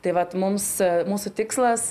tai vat mums mūsų tikslas